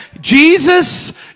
Jesus